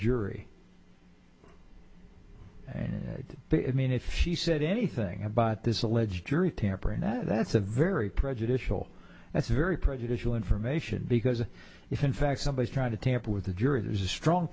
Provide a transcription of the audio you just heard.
jury and i mean if she said anything about this alleged jury tampering that that's a very prejudicial that's very prejudicial information because if in fact somebody's trying to tamper with the jury there's a strong